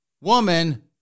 Woman